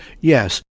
Yes